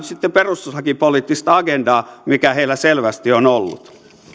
sitten perustuslakipoliittista agendaa mikä heillä selvästi on ollut no niin